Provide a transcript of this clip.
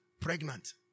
Pregnant